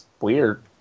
Weird